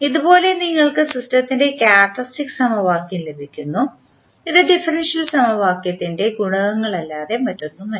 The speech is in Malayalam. ഇതുപയോഗിച്ച് നിങ്ങൾക്ക് സിസ്റ്റത്തിൻറെ ക്യാരക്ക്റ്ററിസ്റ്റിക് സമവാക്യം ലഭിക്കുന്നു ഇത് ഡിഫറൻഷ്യൽ സമവാക്യത്തിൻറെ ഗുണകങ്ങളല്ലാതെ മറ്റൊന്നുമല്ല